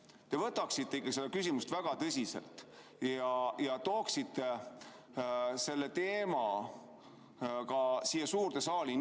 sellesse küsimusse väga tõsiselt ja tooksite selle teema ka siia suurde saali,